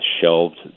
shelved